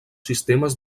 sistemes